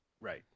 Right